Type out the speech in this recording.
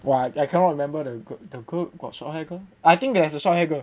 !wah! I cannot remember the girl got short hair girl I think there is a short hair girl